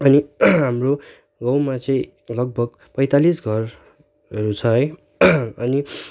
अनि हाम्रो गाउँमा चाहिँ लगभग पैँतालिस घरहरू छ है अनि